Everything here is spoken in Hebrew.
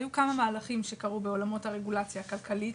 היו כמה מהלכים שקרו בעולמות הרגולציה הכלכלית